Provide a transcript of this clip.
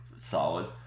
solid